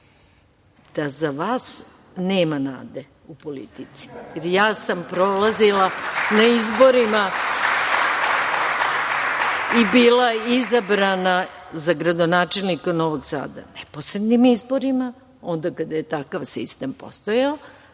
da za vas nema nade u politici, jer ja sam prolazila na izborima i bila izabrana za gradonačelnika Novog Sada, neposrednim izborima, onda kada je takav sistem postojao,